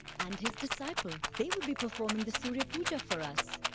and his disciple. they will be performing the surya puja for us.